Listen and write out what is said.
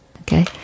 Okay